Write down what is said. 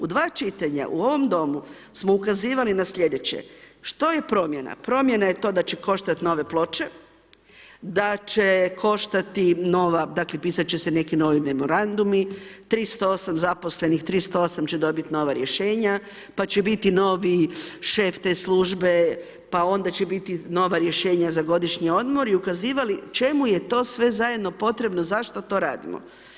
U dva čitanja, u ovom Domu smo ukazivali na slijedeće, što je promjena, promjena je to da će koštati nove ploče, da će koštati nova, dakle, pisati će se neki novi memorandumi, 308 zaposlenih, 308 će dobiti nova rješenja, pa će biti novi šef te službe, pa onda će biti nova rješenja za godišnje odmore, ukazivali čemu je to sve zajedno potrebno, zašto to radimo.